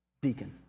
deacon